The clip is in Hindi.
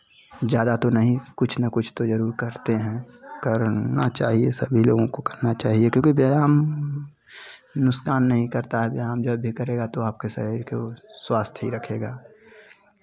ज़्यादा तो नहीं कुछ ना कुछ तो जरूर करते हैं करना चाहिए सभी लोगों को करना चाहिए क्योंकि व्यायाम नुकसान नहीं करता है व्यायाम जब भी करेगा तो आपके शरीर के वो स्वास्थ ही रखेगा